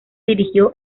dirigió